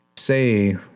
say